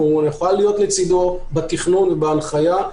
נוכל להיות לצדו בתכנון ובהנחיה,